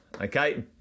okay